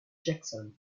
jackson